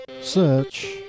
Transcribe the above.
search